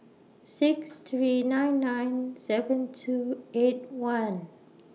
six three nine nine seven two eight one